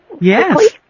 Yes